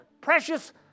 precious